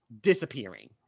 disappearing